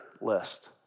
list